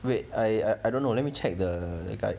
wait I I don't know let me check the guide